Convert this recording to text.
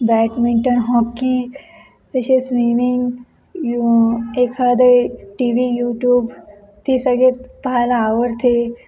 badminton hockey तसेच swimming यू एखादं टी व्ही यूटूब ती सगळंच पाहायला आवडते